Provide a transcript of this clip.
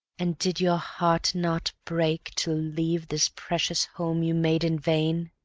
and did your heart not break, to leave this precious home you made in vain?